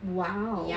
!wow!